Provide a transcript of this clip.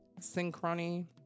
Synchrony